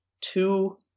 two